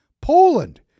Poland